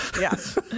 Yes